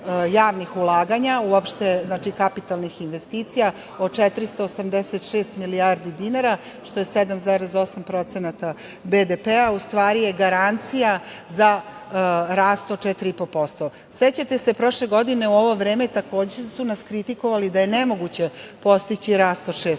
javnih ulaganja, uopšte kapitalnih investicija od 486 milijardi dinara što je 7,8% BDP, u stvari je garancija za rast od 4,5%.Sećate se, prošle godine u ovo vreme takođe su nas kritikovali da je nemoguće postići rast od 6%,